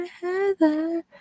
Heather